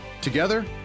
Together